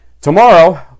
Tomorrow